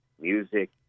music